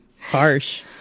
harsh